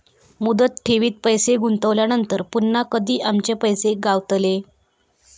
मुदत ठेवीत पैसे गुंतवल्यानंतर पुन्हा कधी आमचे पैसे गावतले?